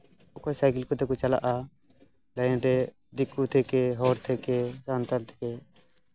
ᱚᱠᱚᱭ ᱥᱟᱭᱠᱮᱞ ᱠᱚᱛᱮ ᱠᱚ ᱪᱟᱞᱟᱜᱼᱟ ᱞᱟᱭᱤᱱᱨᱮ ᱫᱤᱠᱩ ᱛᱷᱮᱠᱮ ᱦᱚᱲ ᱛᱷᱮᱠᱮ ᱥᱟᱱᱛᱟᱲ ᱛᱷᱮᱠᱮ